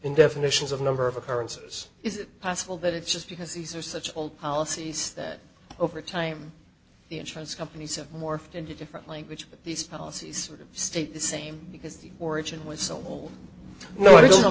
definitions of number of occurrences is it possible that it's just because these are such old policies that over time the insurance companies have morphed into different language these policies state the same because the origin was so all you know i don't know